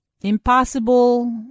Impossible